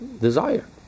desire